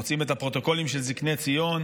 מוצאים את הפרוטוקולים של זקני ציון.